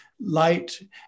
light